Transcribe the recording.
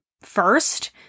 first